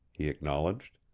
he acknowledged.